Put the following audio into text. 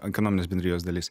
ekonominės bendrijos dalis